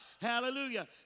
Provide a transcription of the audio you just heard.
hallelujah